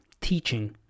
teaching